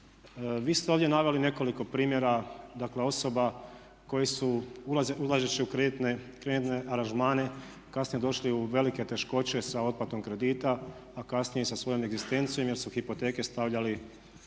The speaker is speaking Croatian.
vi ste ovdje naveli nekoliko primjera, dakle osoba koje su ulazeći u kreditne aranžmane kasnije došli u velike teškoće sa otplatom kredita, a kasnije sa svojom egzistencijom jer su hipoteku stavljali